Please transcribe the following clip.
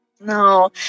No